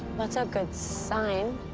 but good sign.